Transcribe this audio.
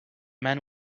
men